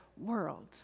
world